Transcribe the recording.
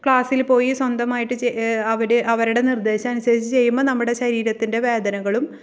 ക്ലാസിൽ പോയി സ്വന്തമായിട്ട് അവർ അവരുടെ നിർദ്ദേശമനുസരിച്ച് ചെയ്യുമ്പം നമ്മുടെ ശരീരത്തിൻ്റെ വേദനകളും